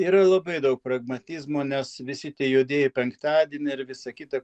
yra labai daug pragmatizmo nes visi tie juodieji penktadieniai ir visa kita